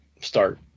start